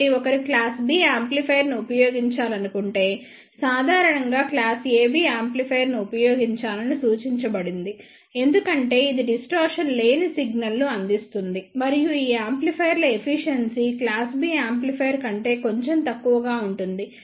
కాబట్టి ఒకరు class B యాంప్లిఫైయర్ను ఉపయోగించాలనుకుంటే సాధారణంగా క్లాస్ AB యాంప్లిఫైయర్ను ఉపయోగించాలని సూచించబడింది ఎందుకంటే ఇది డిస్టార్షన్ లేని సిగ్నల్ను అందిస్తుంది మరియు ఈ యాంప్లిఫైయర్ల ఎఫిషియెన్సీ క్లాస్ B యాంప్లిఫైయర్ కంటే కొంచెం తక్కువగా ఉంటుంది